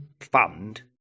fund